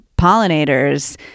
pollinators